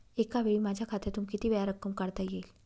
एकावेळी माझ्या खात्यातून कितीवेळा रक्कम काढता येईल?